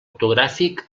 ortogràfic